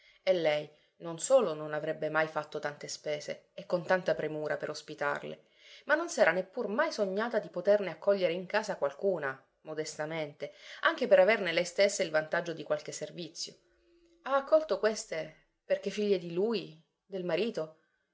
e lei non solo non avrebbe mai fatto tante spese e con tanta premura per ospitarle ma non s'era neppur mai sognata di poterne accogliere in casa qualcuna modestamente anche per averne lei stessa il vantaggio di qualche servizio ha accolto queste perché figlie di lui del marito